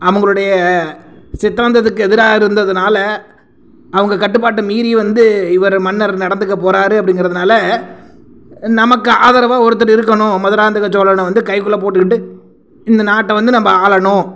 அவங்களுடைய சித்தாந்ததுக்கு எதிராக இருந்ததுனால அவங்க கட்டுப்பாட்டை மீறி வந்து இவர் மன்னர் நடந்துக்க போறார் அப்படிங்கிறதுனால நமக்கு ஆதரவாக ஒருத்தர் இருக்கணும் மதுராந்தக சோழனை வந்து கை குள்ளே போட்டுக்கிட்டு இந்த நாட்டை வந்து நம்ப ஆளணும்